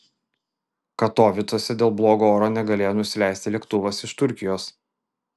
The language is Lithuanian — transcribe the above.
katovicuose dėl blogo oro negalėjo nusileisti lėktuvas iš turkijos